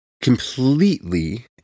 completely